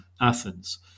Athens